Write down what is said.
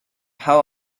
how